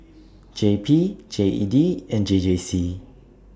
J P G E D and J J C